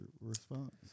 response